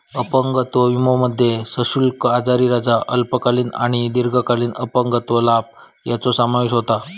अपंगत्व विमोमध्ये सशुल्क आजारी रजा, अल्पकालीन आणि दीर्घकालीन अपंगत्व लाभ यांचो समावेश होता